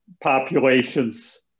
populations